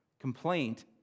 Complaint